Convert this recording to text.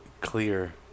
clear